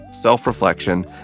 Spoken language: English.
self-reflection